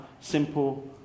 simple